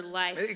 life